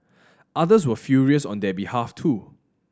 others were furious on their behalf too